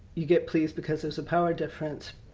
you get! please! because there! s a power difference.